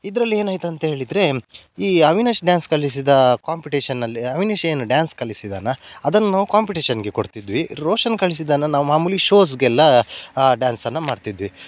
ಇದ್ರಲ್ಲಿ ಏನಾಯ್ತು ಅಂತ ಹೇಳಿದರೆ ಈ ಅವಿನಾಶ್ ಡ್ಯಾನ್ಸ್ ಕಲಿಸಿದ ಕಾಂಪಿಟೇಷನ್ನಲ್ಲಿ ಅವಿನಾಶ್ ಏನು ಡ್ಯಾನ್ಸ್ ಕಲಿಸಿದಾನೋ ಅದನ್ನು ನಾವು ಕಾಂಪಿಟೇಷನ್ಗೆ ಕೊಡ್ತಿದ್ವಿ ರೋಷನ್ ಕಲಿಸಿದ್ದನ್ನು ನಾವು ಮಾಮೂಲಿ ಶೋಸ್ಗೆಲ್ಲ ಆ ಡ್ಯಾನ್ಸನ್ನು ಮಾಡ್ತಿದ್ವಿ